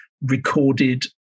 recorded